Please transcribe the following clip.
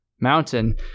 Mountain